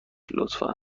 لطفا